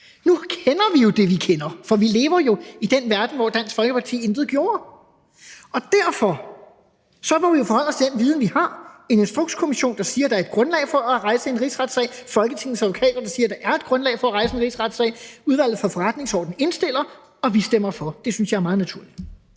Nu kender vi jo det, vi kender, for vi lever i den verden, hvor Dansk Folkeparti intet gjorde. Og derfor må vi jo forholde os til den viden, vi har; en Instrukskommission, der siger, at der er et grundlag for at rejse en rigsretssag; Folketingets advokater, der siger, at der er et grundlag for at rejse en rigsretssag. Udvalget for Forretningsordenen indstiller, og vi stemmer for. Det synes jeg er meget naturligt.